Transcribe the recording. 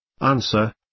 Answer